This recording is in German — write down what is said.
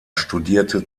studierte